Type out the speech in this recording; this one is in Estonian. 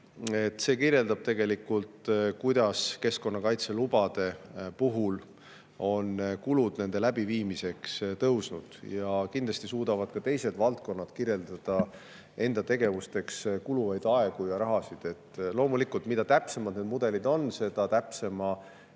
See kirjeldab tegelikult, kuidas keskkonnakaitselubade puhul on kulud nende läbiviimiseks tõusnud. Kindlasti suudavad ka teised valdkonnad kirjeldada enda tegevusteks kuluvaid aegu ja rahalisi vahendeid. Loomulikult, mida täpsemad need mudelid on, seda täpsema